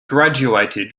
graduated